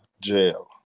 jail